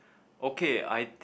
okay I